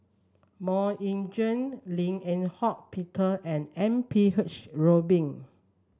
MoK Ying Jang Lim Eng Hock Peter and M P H Rubin